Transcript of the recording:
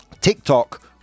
TikTok